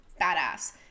Badass